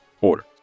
order